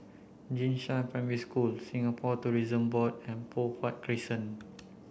Jing Shan Primary School Singapore Tourism Board and Poh Huat Crescent